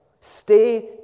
Stay